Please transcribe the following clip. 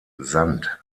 sand